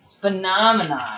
Phenomenon